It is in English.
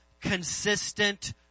consistent